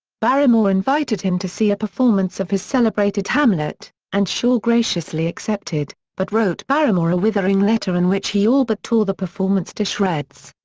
barrymore invited him to see a performance of his celebrated hamlet, and shaw graciously accepted, but wrote barrymore a withering letter in which he all but tore the performance to shreds.